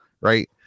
right